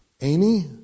Amy